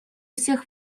всех